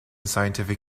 scientific